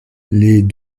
les